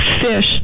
fish